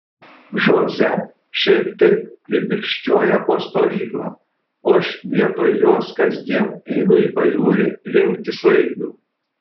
žoze šiaip taip klibikščiuoja po stovyklą o aš vietoj jos kasdien einu į pajūrį rinkti sraigių